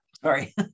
Sorry